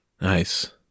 Nice